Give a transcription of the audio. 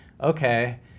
okay